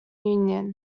union